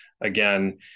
again